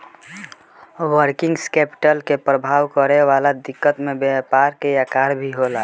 working capital के प्रभावित करे वाला दिकत में व्यापार के आकर भी होला